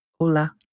Hola